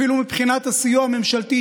אפילו מבחינת הסיוע הממשלתי,